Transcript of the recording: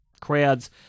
crowds